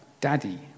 Daddy